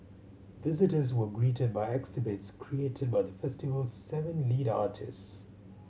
visitors were greeted by exhibits created by the festival's seven lead artists